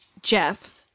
Jeff